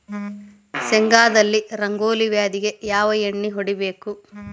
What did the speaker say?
ಶೇಂಗಾದಲ್ಲಿ ರಂಗೋಲಿ ವ್ಯಾಧಿಗೆ ಯಾವ ಎಣ್ಣಿ ಹೊಡಿಬೇಕು?